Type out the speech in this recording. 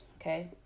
Okay